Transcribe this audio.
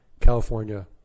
California